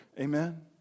Amen